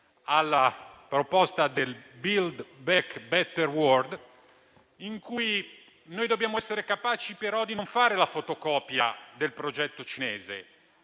alla proposta del Build back better world. Dobbiamo essere capaci, però, di non fare la fotocopia del progetto cinese,